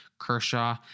Kershaw